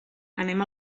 anem